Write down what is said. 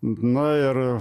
na ir